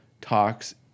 talks